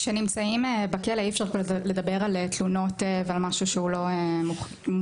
כשנמצאים בכלא אי-אפשר לדבר על תלונות ועל משהו שהוא לא מוחשי.